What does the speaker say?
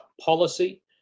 policy